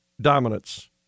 dominance